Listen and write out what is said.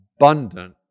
abundant